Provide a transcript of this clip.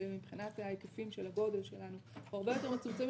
שמבחינת ההיקפים של הגודל שלנו אנחנו הרבה יותר מצומצמים,